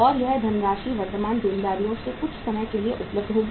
और यह धनराशि वर्तमान देनदारियों से कुछ समय के लिए उपलब्ध होगी